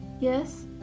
Yes